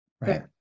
Right